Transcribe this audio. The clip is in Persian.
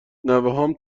نوهام